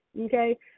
okay